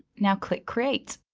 now click create.